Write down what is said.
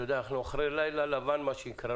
אתה יודע, אנחנו אחרי לילה לבן, מה שנקרא.